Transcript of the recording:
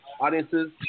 audiences